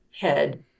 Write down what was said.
head